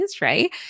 right